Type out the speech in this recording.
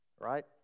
right